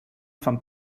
fan